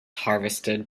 harvested